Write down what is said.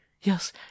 Yes